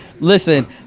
Listen